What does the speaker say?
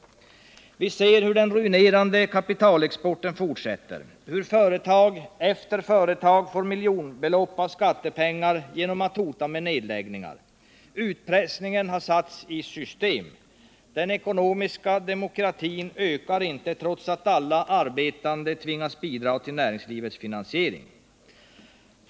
Vi ser hur den ruinerande kapitalexporten fortsätter, hur företag efter företag får miljonbelopp av skattepengar genom att hota med nedläggningar. Utpressningen har satts i system. Den ekonomiska demokratin ökar inte trots att alla arbetande tvingas bidra till näringslivets finansiering.